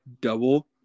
double